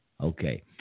Okay